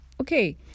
Okay